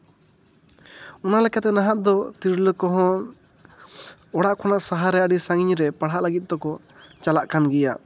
ᱚᱱᱟ ᱞᱮᱠᱟᱛᱮ ᱱᱟᱦᱟᱜ ᱫᱚ ᱛᱤᱨᱞᱟᱹ ᱠᱚᱦᱚᱸ ᱚᱲᱟᱜ ᱠᱷᱚᱱᱟᱜ ᱥᱟᱦᱟ ᱨᱮ ᱟᱹᱰᱤ ᱥᱟᱺᱜᱤᱧ ᱨᱮ ᱯᱟᱲᱦᱟᱜ ᱞᱟᱹᱜᱤᱫ ᱛᱮᱠᱚ ᱪᱟᱞᱟᱜ ᱠᱟᱱ ᱜᱮᱭᱟ